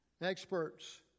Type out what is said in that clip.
experts